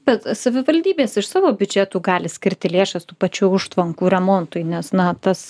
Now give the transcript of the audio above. bet savivaldybės iš savo biudžetų gali skirti lėšas tų pačių užtvankų remontui nes na tas